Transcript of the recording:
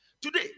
Today